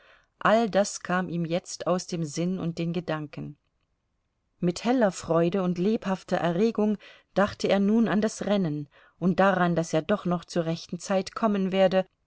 all das kam ihm jetzt aus dem sinn und den gedanken mit heller freude und lebhafter erregung dachte er nun an das rennen und daran daß er doch noch zur rechten zeit kommen werde